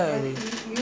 better